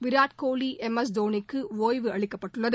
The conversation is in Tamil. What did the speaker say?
விராட்கோலி எம் எஸ் தோனிக்கு ஓய்வு அளிக்கப்பட்டுள்ளது